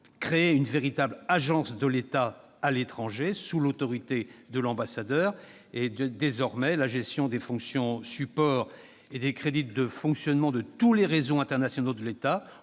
créer une véritable agence de l'État à l'étranger, sous l'autorité de l'ambassadeur. Désormais, la gestion des fonctions supports et des crédits de fonctionnement de tous les réseaux internationaux de l'État,